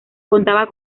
contaba